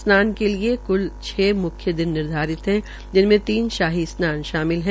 स्नान के लिये कुल मुख्य छ दिन निर्धारित है जिनमें तीन शाही स्नान शामिल है